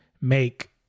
make